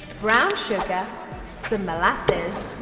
brown sugar some mollases,